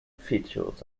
features